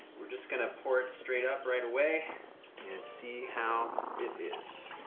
we're just gonna pour it straight up right away and see how it is.